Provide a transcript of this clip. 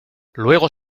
luego